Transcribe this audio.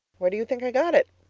where do you think i got it?